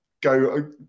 go